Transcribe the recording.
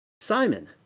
Simon